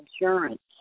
insurance